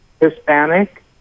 Hispanic